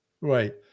Right